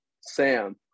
Sam